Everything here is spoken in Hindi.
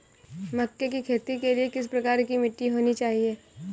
मक्के की खेती के लिए किस प्रकार की मिट्टी होनी चाहिए?